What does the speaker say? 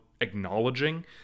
acknowledging